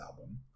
album